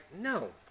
no